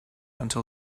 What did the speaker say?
until